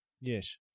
Yes